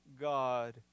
God